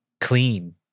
Clean